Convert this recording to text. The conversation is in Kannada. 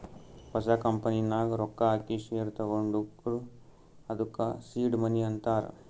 ಹೊಸ ಕಂಪನಿ ನಾಗ್ ರೊಕ್ಕಾ ಹಾಕಿ ಶೇರ್ ತಗೊಂಡುರ್ ಅದ್ದುಕ ಸೀಡ್ ಮನಿ ಅಂತಾರ್